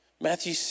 Matthew